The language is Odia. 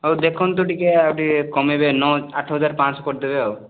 ହଉ ଦେଖନ୍ତୁ ଟିକେ ଆଉ ଟିକେ କମାଇବେ ନ ଆଠ ହଜାର ପାଞ୍ଚଶହ କରିଦେବେ ଆଉ